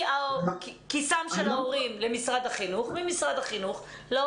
מכיסם של ההורים למשרד החינוך וממשרד החינוך להורים.